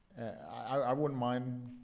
i wouldn't mind